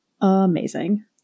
amazing